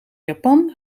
japan